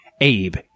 Abe